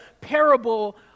parable